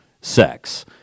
sex